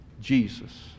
Jesus